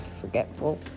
forgetful